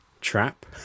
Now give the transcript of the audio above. trap